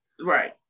Right